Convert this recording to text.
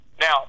now